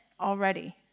already